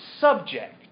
subject